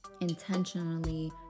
intentionally